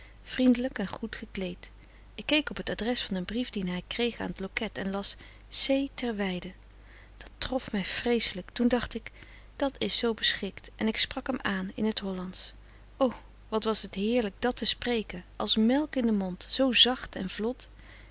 vriendelijk en goed gekleed ik keek op t adres van een brief dien hij kreeg aan t loket en las c ter weyden dat trof mij vreeselijk toen dacht ik dat is zoo beschikt en ik sprak hem aan in t hollandsch o wat was het heerlijk dat te spreken als melk in den mond zoo zacht en vlot